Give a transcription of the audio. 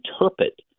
interpret